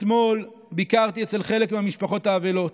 אתמול ביקרתי אצל חלק מהמשפחות האבלות.